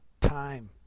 Time